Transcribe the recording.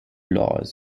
laws